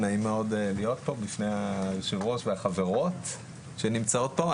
נעים מאוד להיות פה בפני היושבת-ראש והחברות שנמצאות פה.